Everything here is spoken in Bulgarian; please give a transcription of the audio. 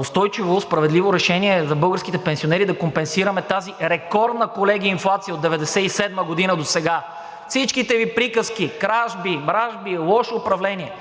устойчиво, справедливо решение за българските пенсионери, да компенсираме тази рекордна, колеги, инфлация от 1997 г. досега. Всичките Ви приказки – кражби – мражби, лошо управление